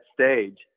stage